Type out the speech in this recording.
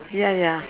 ya ya